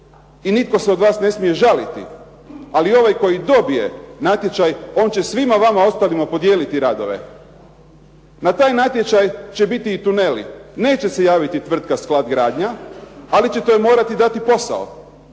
i nitko se od vas ne smije žaliti, ali ovaj koji dobije natječaj će svima vama podijeliti radove. Na taj natječaj će biti i tuneli, neće se javiti tvrtka „Sklad gradnja“, ali ćete joj morati dati posao.